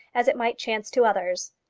as it might chance to others.